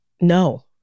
No